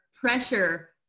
pressure